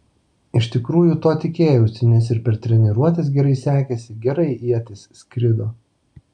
iš tikrųjų to tikėjausi nes ir per treniruotes gerai sekėsi gerai ietis skrido